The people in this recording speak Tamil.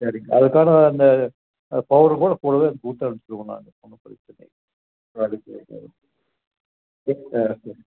சரிங்க அதற்கான அந்த பௌடர் கூட கூடவே கொடுத்து அனுப்பிச்சுருவேன் நான் ஒன்றும் பிரச்சனை இல்லை வேலைக்கு வந்தோன்னே